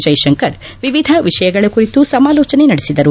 ಜೈಶಂಕರ್ ವಿವಿಧ ವಿಷಯಗಳ ಕುರಿತು ಸಮಾಲೋಚನೆ ನಡೆಸಿದರು